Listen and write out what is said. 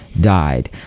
died